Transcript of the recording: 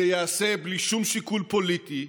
זה ייעשה בלי שום שיקול פוליטי,